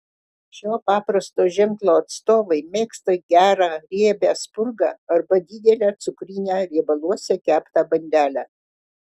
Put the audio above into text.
šio paprasto ženklo atstovai mėgsta gerą riebią spurgą arba didelę cukrinę riebaluose keptą bandelę